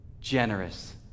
generous